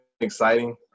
exciting